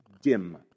Dim